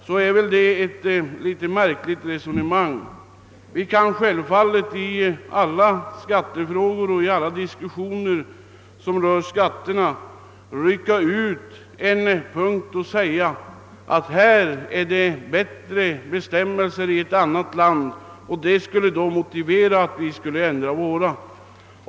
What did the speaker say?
Det är ett märkligt resonemang. Vi kan självfallet i alla diskussioner som rör skatterna rycka ut en punkt och säga att det gäller förmånligare bestämmelser i ett annat land och att det därför skulle vara motiverat att ändra våra regler.